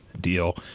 deal